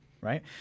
right